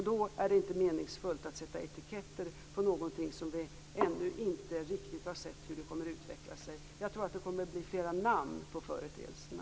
Det är inte meningsfullt att sätta etiketter på någonting vars utveckling vi ännu inte riktigt har sett. Jag tror att det kommer att bli flera namn på företeelserna.